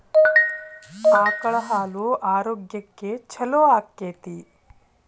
ಆಕಳ ಹಾಲು ಆರೋಗ್ಯಕ್ಕೆ ಛಲೋ ಆಕ್ಕೆತಿ?